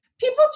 People